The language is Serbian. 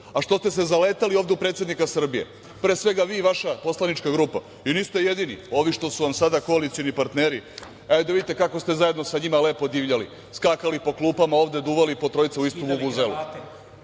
Što ste se zaletali ovde u predsednika Srbije? Pre svega vi i vaša poslanička grupa. Niste jedini. Ovi što su vam sada koalicioni partneri. Da vidite kako ste zajedno sa njima lepo divljali, skakali po klupama ovde, duvali po trojica u istu vuvuzelu,